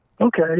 okay